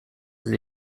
sie